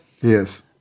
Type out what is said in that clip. Yes